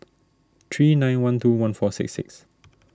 three nine one two one four six six